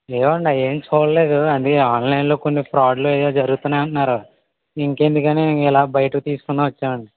ఏవో అండి అవేమి చూడలేదు అది ఆన్లైన్ లో కొన్ని ఫ్రాడ్ లు ఏవో జరుగుతున్నాయి అంటున్నారు ఇలా బైటివి తీసుకుందామని వచ్చామండి